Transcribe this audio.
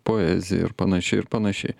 poezija ir panašiai ir panašiai